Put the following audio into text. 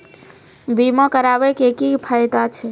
बीमा कराबै के की फायदा छै?